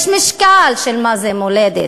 יש משקל של מה זה מולדת,